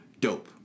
Dope